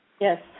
Yes